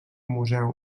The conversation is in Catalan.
museu